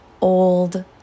old